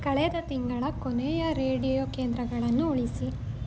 ಕಳೆದ ತಿಂಗಳ ಕೊನೆಯ ರೇಡಿಯೋ ಕೇಂದ್ರಗಳನ್ನು ಉಳಿಸಿ